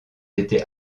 été